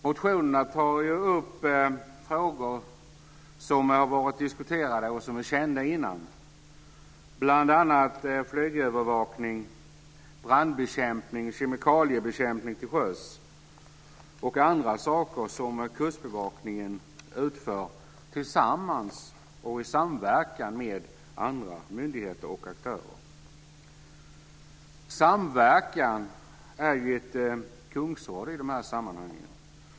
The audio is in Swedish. Motionerna tar upp frågor som varit diskuterade och är kända tidigare, bl.a. flygövervakning, brandbekämpning, kemikaliebekämpning till sjöss och andra saker som Kustbevakningen utför tillsammans och i samverkan med andra myndigheter och aktörer. Samverkan är ett kungsord i de här sammanhangen.